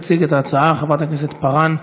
תציג את ההצעה חברת הכנסת פארן,